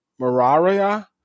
Mararia